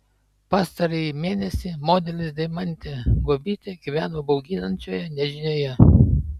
pastarąjį mėnesį modelis deimantė guobytė gyveno bauginančioje nežinioje